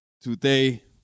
today